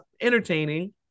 entertaining